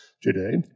Today